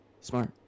smart